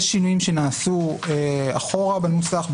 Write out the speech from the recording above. יש שינויים שנעשו אחורה בנוסח,